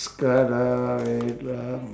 next card ah wait lah